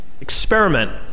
experiment